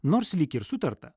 nors lyg ir sutarta